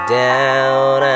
down